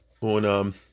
on